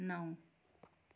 नौ